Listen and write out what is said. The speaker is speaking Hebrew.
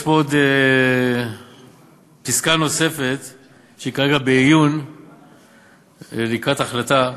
יש פה פסקה נוספת שהיא כרגע בעיון לקראת החלטה: